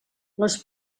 les